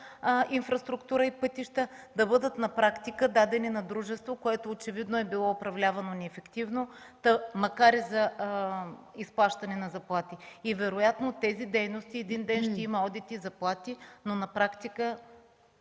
инфраструктура и пътища да бъдат на практика дадени на дружество, което очевидно е било управлявано неефективно, та макар и за изплащане на заплати? И вероятно за тези дейности един ден ще има одити, но на практика